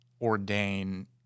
ordain